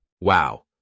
Wow